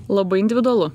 labai individualu